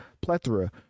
plethora